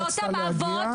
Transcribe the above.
לאותם אבות,